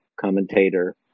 commentator